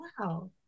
Wow